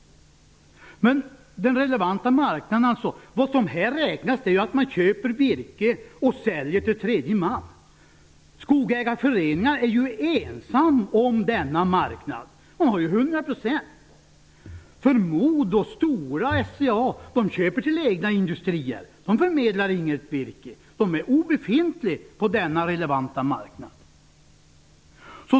Så långt har regeringen backat. Men det som räknas är att man köper virke och säljer till tredje man! Skogägarföreningarna är ju ensam om denna marknad och har 100 %! Modo, Stora och SCA köper till egna industrier. De förmedlar inget virke. De är obefintliga på denna relevanta marknad.